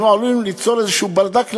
אנחנו עלולים ליצור איזה ברדק למעלה.